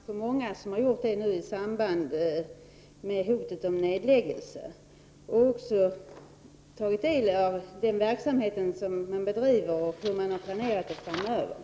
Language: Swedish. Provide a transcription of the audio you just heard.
Herr talman! Jag har också besökt Kristianstadsanstalten — ganska många har gjort det i samband med hotet om nedläggning — och tagit del av den verksamhet som bedrivs där och hur man planerar den framöver.